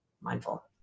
mindful